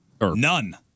None